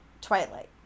Twilight